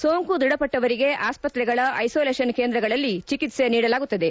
ಸೋಂಕು ದೃಢಪಟ್ಟವರಿಗೆ ಆಸ್ತ್ರಗಳ ಐಸೋಲೇಷನ್ ಕೇಂದ್ರಗಳಲ್ಲಿ ಚಿಕಿಕ್ಸೆ ನೀಡಲಾಗುತ್ತದೆ